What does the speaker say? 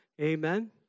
Amen